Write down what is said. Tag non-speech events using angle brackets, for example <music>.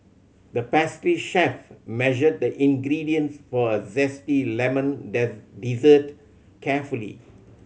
the pastry chef measured the ingredients for a zesty lemon <unintelligible> dessert carefully